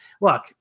look